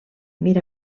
mira